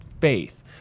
faith